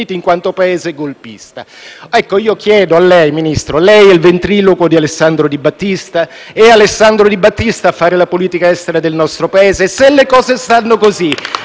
Grazie